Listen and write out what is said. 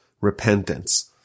repentance